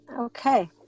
Okay